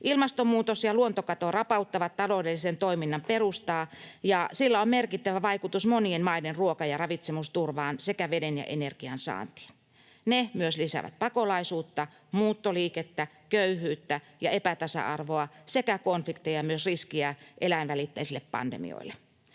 Ilmastonmuutos ja luontokato rapauttavat taloudellisen toiminnan perustaa, ja niillä on merkittävä vaikutus monien maiden ruoka- ja ravitsemusturvaan sekä veden ja energian saantiin. Ne myös lisäävät pakolaisuutta, muuttoliikettä, köyhyyttä ja epätasa-arvoa sekä konflikteja ja myös riskiä eläinvälitteisille pandemioille.